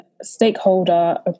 stakeholder